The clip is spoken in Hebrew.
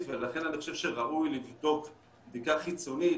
ולכן אני חושב שראוי לבדוק בדיקה חיצונית,